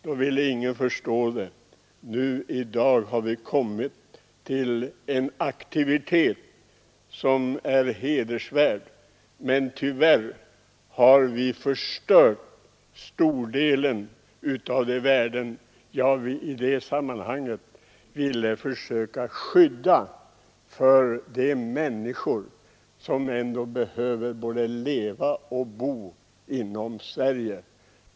Då ville ingen förstå det. I dag har vi fått en aktivitet som är hedervärd, men tyvärr har vi förstört större delen av de värden jag i det sammanhanget ville försöka skydda till förmån för de människor som ändå behöver både leva och bo inom Sverige.